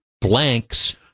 blanks